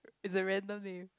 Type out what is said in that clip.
is a random name